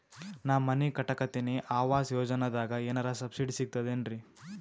ನಾ ಮನಿ ಕಟಕತಿನಿ ಆವಾಸ್ ಯೋಜನದಾಗ ಏನರ ಸಬ್ಸಿಡಿ ಸಿಗ್ತದೇನ್ರಿ?